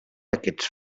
aquests